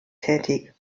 tätig